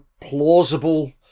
plausible